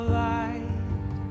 light